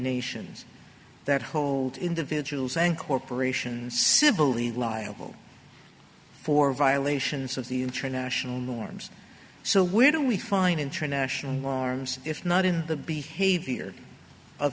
nations that hold individuals and corporations civilly liable for violations of the international norms so where do we find international arms if not in the behavior of